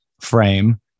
frame